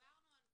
דיברנו על זה.